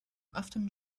often